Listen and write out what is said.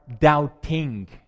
doubting